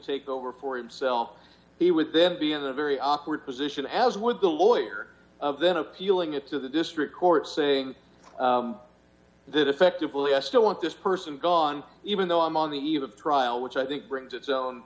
take over for himself he would then be in a very awkward position as would the lawyer then appealing it to the district court saying that effectively i still want this person gone even though i'm on the eve of trial which i think brings its own